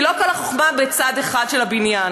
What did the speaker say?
כי לא כל החוכמה בצד אחד של הבניין.